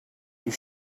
you